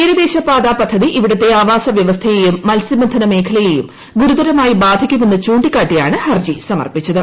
തീരദേശ പാത പദ്ധതി ഇവിടത്തെ ആവാസ വ്യവസ്ഥയേയും മത്സ്യബന്ധന മേഖലയേയും ഗുരുതരമായി ബാധിക്കുമെന്ന് ചൂണ്ടിക്കാട്ടിയാണ് ഹർജി സമർപ്പിച്ചത്